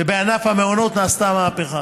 ובענף המעונות נעשתה מהפכה.